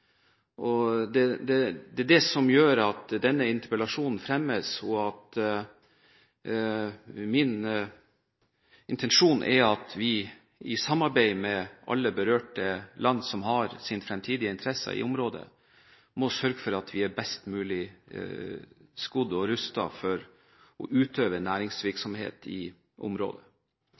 Det er det som gjør at denne interpellasjonen fremmes. Min intensjon er at vi i samarbeid med alle berørte land som har fremtidig interesse i området, må sørge for at vi er best mulig skodd og rustet for å utøve næringsvirksomhet i området.